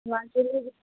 Majuli